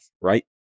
right